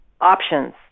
options